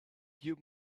you